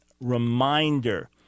reminder